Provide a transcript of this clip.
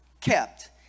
kept